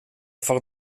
foc